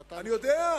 אתה, אני יודע.